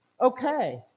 Okay